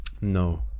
No